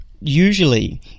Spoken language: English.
usually